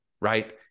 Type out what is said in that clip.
right